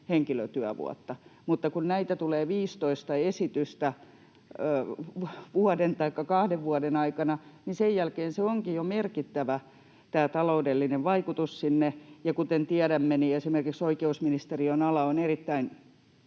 henkilötyövuotta, mutta kun tulee 15 esitystä vuoden taikka kahden vuoden aikana, niin sen jälkeen tämä taloudellinen vaikutus sinne onkin jo merkittävä. Ja kuten tiedämme, esimerkiksi oikeusministeriön ala on erittäin